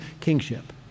kingship